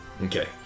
Okay